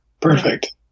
Perfect